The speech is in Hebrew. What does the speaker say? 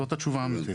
זו התשובה האמיתית.